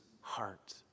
heart